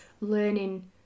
learning